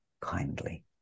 kindly